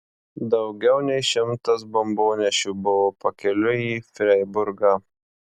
daugiau nei šimtas bombonešių buvo pakeliui į freiburgą